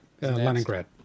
Leningrad